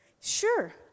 sure